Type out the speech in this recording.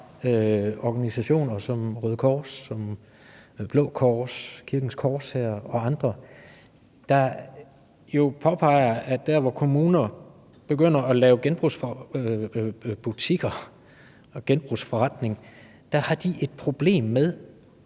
organisationer som Røde Kors, Blå Kors, Kirkens Korshær og andre, der påpeger, at der, hvor kommuner begynder at lave genbrugsbutikker og genbrugsforretning, har de et problem med